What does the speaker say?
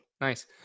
Nice